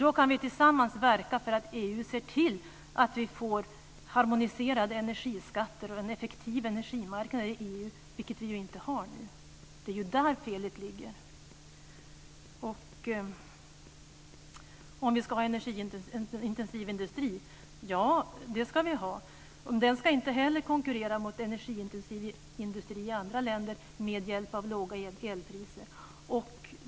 Då kan vi tillsammans verka för att EU ser till att vi får en harmoniserad energiskatt och en effektiv energimarknad i EU, vilket vi inte har nu. Det är där felet ligger. Ja, vi ska ha en energiintensiv industri. Den ska inte heller konkurrera med hjälp av låga elpriser mot energiintensiv industri i andra länder.